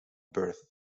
birth